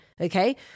okay